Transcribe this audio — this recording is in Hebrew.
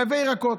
לייבא ירקות.